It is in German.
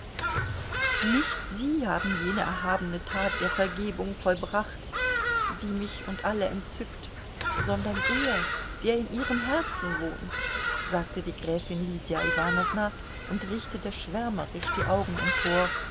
nicht sie haben jene erhabene tat der vergebung vollbracht die mich und alle entzückt sondern er der in ihrem herzen wohnt sagte die gräfin lydia iwanowna und richtete schwärmerisch die augen empor